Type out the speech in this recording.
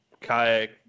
kayak